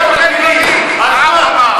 הוא אומר הרבה דברים.